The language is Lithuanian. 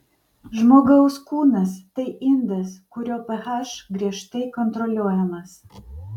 žmogaus kūnas tai indas kurio ph griežtai kontroliuojamas